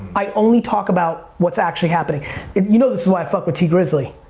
i only talk about what's actually happening. and you know this is why i fuck with t grizzley.